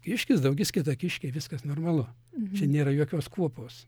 kiškis daugiskaita kiškiai viskas normalu čia nėra jokios kuopos